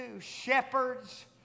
Shepherds